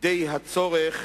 די הצורך